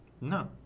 No